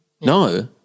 No